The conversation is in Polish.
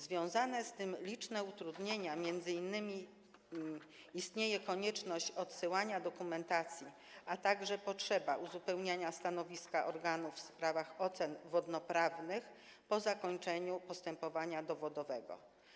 Związane są z tym liczne utrudnienia, m.in. istnieje konieczność odsyłania dokumentacji, a także potrzeba uzupełniania stanowiska organów w sprawach ocen wodnoprawnych po zakończeniu postępowania dowodowego.